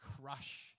crush